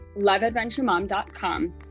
loveadventuremom.com